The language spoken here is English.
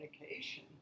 medication